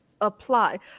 apply